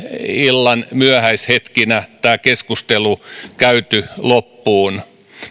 illan myöhäishetkinä tämä keskustelu käyty loppuun